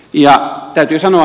ja täytyy sanoa